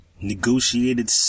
negotiated